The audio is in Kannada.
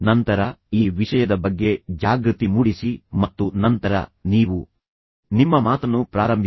ನಂತರ ಈ ವಿಷಯದ ಬಗ್ಗೆ ಜಾಗೃತಿ ಮೂಡಿಸಿ ಮತ್ತು ನಂತರ ನೀವು ನಿಮ್ಮ ಮಾತನ್ನು ಪ್ರಾರಂಭಿಸಿ